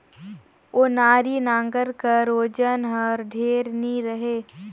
ओनारी नांगर कर ओजन हर ढेर नी रहें